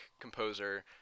composer